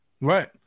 Right